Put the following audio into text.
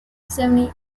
seventy